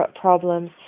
problems